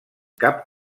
cap